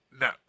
No